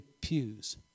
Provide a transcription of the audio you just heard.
pews